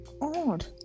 odd